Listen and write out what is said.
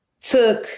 took